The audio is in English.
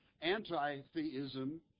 anti-theism